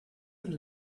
and